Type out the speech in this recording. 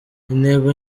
intego